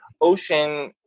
ocean